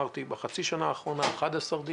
כפי שאמרתי, בחצי השנה האחרונה היו 11 דיונים.